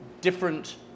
different